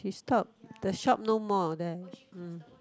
we stop the shop no more there mm